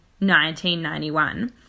1991